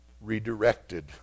redirected